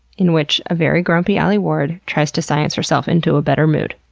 in which a very grumpy alie ward tries to science herself into a better mood.